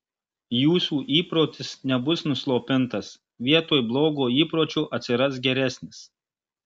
jūsų įprotis nebus nuslopintas vietoj blogo įpročio atsiras geresnis